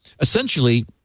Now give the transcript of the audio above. Essentially